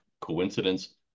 coincidence